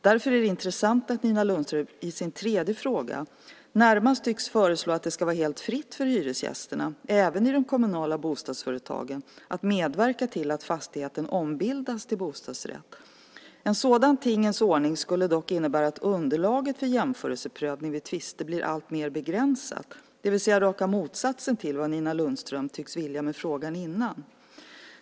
Därför är det intressant att Nina Lundström i sin tredje fråga närmast tycks föreslå att det ska vara helt fritt för hyresgästerna, även i de kommunala bostadsföretagen, att medverka till att fastigheten ombildas till bostadsrätt. En sådan tingens ordning skulle dock innebära att underlaget för jämförelseprövning vid tvister blir alltmer begränsat, det vill säga raka motsatsen till vad Nina Lundström tycks vilja med frågan innan.